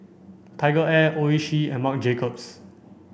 TigerAir Oishi and Marc Jacobs